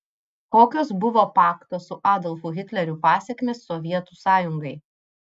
kokios buvo pakto su adolfu hitleriu pasekmės sovietų sąjungai